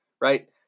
right